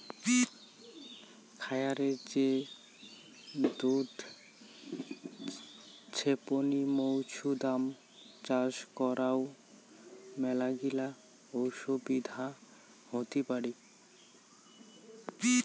খায়ারে যে দুধ ছেপনি মৌছুদাম চাষ করাং মেলাগিলা অসুবিধা হতি পারি